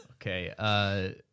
Okay